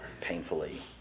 painfully